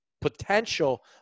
potential